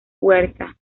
huerta